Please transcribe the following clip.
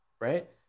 Right